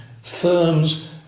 firms